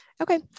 Okay